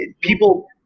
people